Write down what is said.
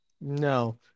No